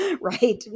right